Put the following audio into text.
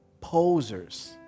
Posers